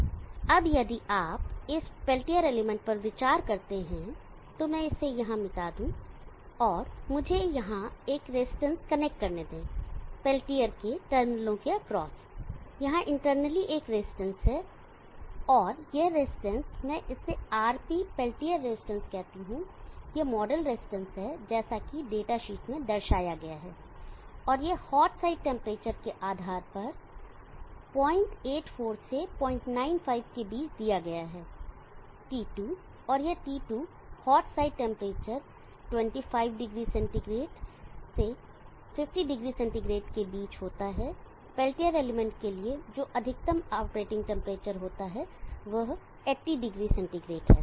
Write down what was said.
अब यदि आप इस पेल्टियर एलिमेंट पर विचार करते हैं तो मैं इसे मिटा दूं और मुझे यहाँ एक रजिस्टेंस कनेक्ट करने दें पेल्टियर के टर्मिनलों के एक्रॉस यहां इंटरनली एक रेजिस्टेंस है और यह रजिस्टेंस मैं इसे RP पेल्टियर रजिस्टेंस कहता हूं यह मॉडल रेजिस्टेंस है जैसा कि डेटा शीट में दर्शाया गया है और यह हॉट साइड टेम्परेचर के आधार पर 084 से 095 के बीच दिया गया है T2 और यह T2 hot side temperature 25o 50o centigrade के बीच होता है पेलेटियर एलिमेंट के लिए जो अधिकतम ऑपरेटिंग टेंपरेचर होता है वह 80o सेंटीग्रेड है